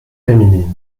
féminines